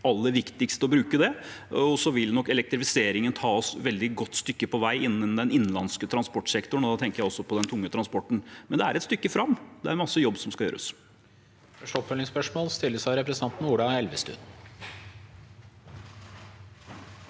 det blir aller viktigst å bruke det. Elektrifiseringen vil nok ta oss et veldig godt stykke på vei innen den innenlandske transportsektoren, og da tenker jeg også på den tunge transporten. Men det er et stykke fram – det er en masse jobb som skal gjøres.